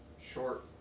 short